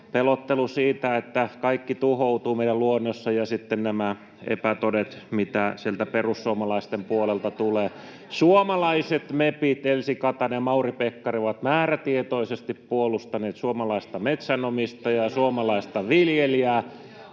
pelottelu siitä, että kaikki tuhoutuu meidän luonnossa, ja sitten nämä epätodet, mitä sieltä perussuomalaisten puolelta tulee. Suomalaiset mepit Elsi Katainen ja Mauri Pekkarinen ovat määrätietoisesti puolustaneet suomalaista metsänomistajaa ja suomalaista viljelijää.